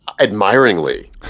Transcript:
Admiringly